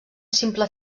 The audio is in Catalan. simple